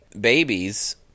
Babies